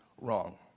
wrong